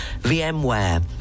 VMware